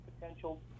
potential